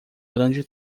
grande